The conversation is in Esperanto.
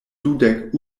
dudek